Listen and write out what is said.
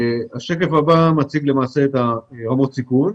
השקף הבא מציג את רמות הסיכון.